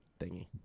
thingy